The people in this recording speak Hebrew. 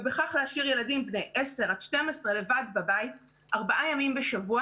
ובכך להשאיר ילדים בני 10 עד 12 לבד בבית ארבעה ימים בשבוע,